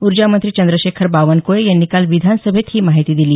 ऊर्जामंत्री चंद्रशेखर बावनकुळे यांनी काल विधानसभेत ही माहिती दिली